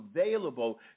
available